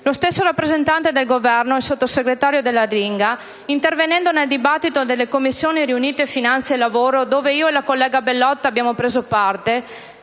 Lo stesso rappresentante del Governo, il sottosegretario Dell'Aringa, intervenendo nel dibattito delle Commissioni riunite finanze e lavoro, a cui io e la collega Bellot abbiamo preso parte,